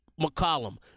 McCollum